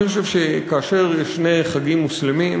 אני חושב שכאשר יש שני חגים מוסלמיים